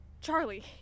Charlie